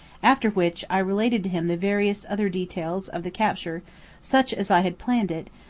after which i related to him the various other details of the capture such as i had planned it,